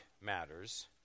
matters